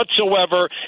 whatsoever